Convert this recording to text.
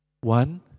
One